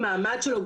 אירוע רפואי.